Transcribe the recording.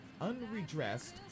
unredressed